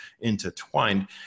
intertwined